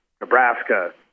Nebraska